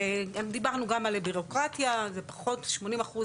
דיברנו גם על בירוקרטיה זה פחות 80 אחוז